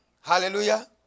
Hallelujah